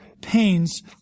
pains